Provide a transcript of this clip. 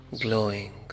glowing